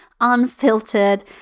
unfiltered